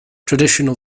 traditional